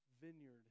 vineyard